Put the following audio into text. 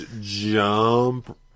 jump